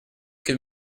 give